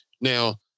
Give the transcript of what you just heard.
Now